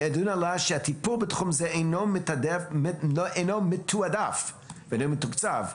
מהדיון עלה שהטיפול בתחום זה אינו מקבל עדיפות ואינו מתוקצב.